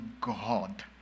God